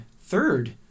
Third